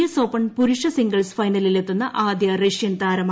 S ഔപ്പൂജ് പുരുഷ singles ഫൈനലിലെത്തുന്ന ആദ്യ റഷ്യൻ താരമായി